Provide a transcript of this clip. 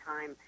time